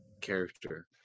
character